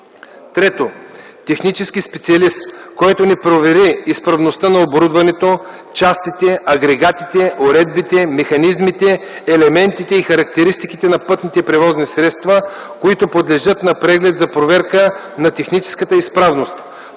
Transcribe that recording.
1; 3. технически специалист, който не провери изправността на оборудването, частите, агрегатите, уредбите, механизмите, елементите и характеристиките на пътните превозни средства, които подлежат на преглед за проверка на техническата изправност,